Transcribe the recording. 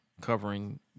covering